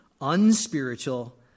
unspiritual